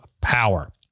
power